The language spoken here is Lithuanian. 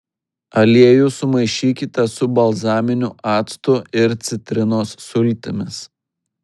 aliejų sumaišykite su balzaminiu actu ir citrinos sultimis